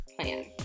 plan